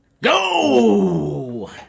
go